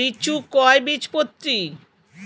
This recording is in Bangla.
লিচু কয় বীজপত্রী?